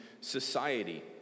society